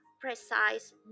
precise